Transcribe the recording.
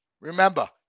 Remember